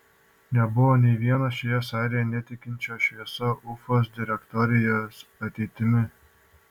nebuvo nė vieno šioje salėje netikinčio šviesia ufos direktorijos ateitimi